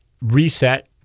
reset